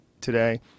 today